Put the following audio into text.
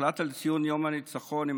הוחלט על ציון יום הניצחון עם